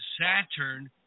Saturn